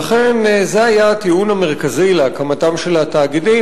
ואכן זה היה הטיעון המרכזי להקמתם של התאגידים.